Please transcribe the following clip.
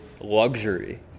luxury